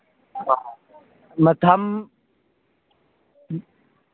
ꯃꯇꯝ